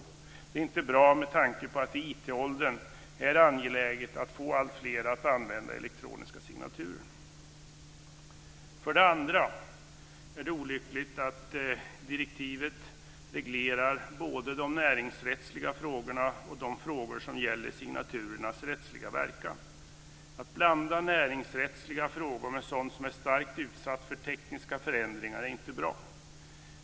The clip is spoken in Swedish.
Detta är inte bra med tanke på att det i IT-åldern är angeläget att få alltfler att använda elektroniska signaturer. För det andra är det olyckligt att direktivet reglerar både de näringsrättsliga frågorna och de frågor som gäller signaturernas rättsliga verkan. Att blanda näringsrättsliga frågor med sådant som är starkt utsatt för tekniska förändringar är inte bra.